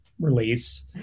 release